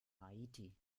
haiti